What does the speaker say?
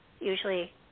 Usually